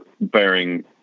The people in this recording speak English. bearing